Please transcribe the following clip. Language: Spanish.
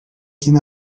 quien